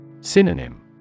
Synonym